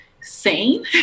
sane